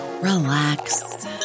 relax